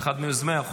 אני קובע כי הצעת חוק